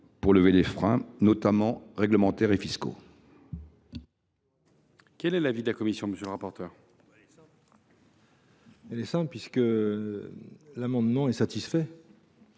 pour lever les freins, notamment réglementaires et fiscaux.